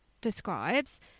describes